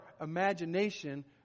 imagination